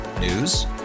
News